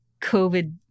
covid